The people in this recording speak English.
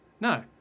No